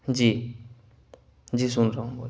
جی جی سن رہا ہوں بولیے